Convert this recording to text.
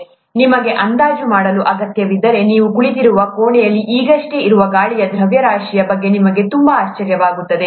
29 kgm3 ಆಗಿದೆ ನಿಮಗೆ ಅಂದಾಜು ಮಾಡಲು ಅಗತ್ಯವಿದ್ದರೆ ನೀವು ಕುಳಿತಿರುವ ಕೋಣೆಯಲ್ಲಿ ಈಗಷ್ಟೇ ಇರುವ ಗಾಳಿಯ ದ್ರವ್ಯರಾಶಿಯ ಬಗ್ಗೆ ನಿಮಗೆ ತುಂಬಾ ಆಶ್ಚರ್ಯವಾಗುತ್ತದೆ